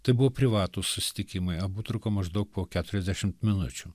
tai buvo privatūs susitikimai abu truko maždaug po keturiasdešimt minučių